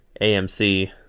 AMC